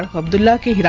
of the